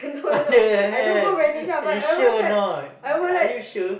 what the hell you sure or not are you sure